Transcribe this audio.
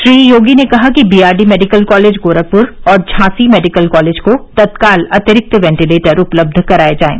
श्री योगी ने कहा कि BR D medical college Gorakhpur और झांसी मेडिकल कॉलेज को तत्काल अतिरिक्त वेंटिलेटर उपलब्ध कराए जाएं